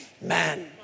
man